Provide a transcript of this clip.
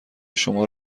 شما